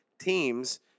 teams